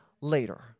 later